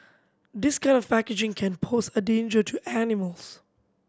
this kind of packaging can pose a danger to animals